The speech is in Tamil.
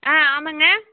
ஆ ஆமாங்க